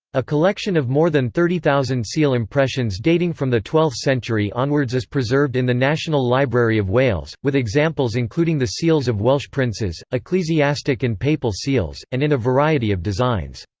a collection of more than thirty thousand seal impressions dating from the twelfth century onwards is preserved in the national library of wales, with examples including the seals of welsh princes, ecclesiastic and papal seals, and in a variety of designs.